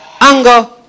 anger